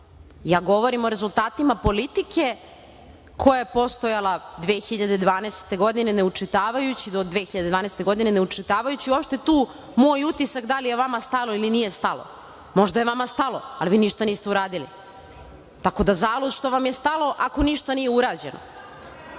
Ja govorim o rezultatima politike koja je postojala 2020. godine, ne učitavajući uopšte tu moj utisak da li je vama stalo ili nije stalo. Možda je vama stalo, ali vi ništa niste uradili. Tako da, zalud što vam je stalo ako ništa nije urađeno.